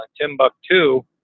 Timbuktu